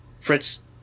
fritz